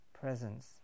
presence